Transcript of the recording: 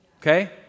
okay